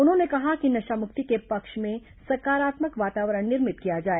उन्होंने कहा है कि नशामुक्ति के पक्ष में सकारात्मक वातावरण निर्मित किया जाए